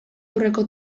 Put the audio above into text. aurreko